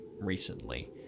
recently